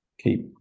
keep